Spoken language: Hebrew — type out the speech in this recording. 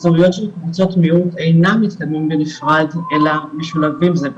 הזדמנויות של קבוצות מיעוט אינם מתקיימים בנפרד אלא משולבים זה בזה.